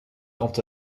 quant